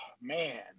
man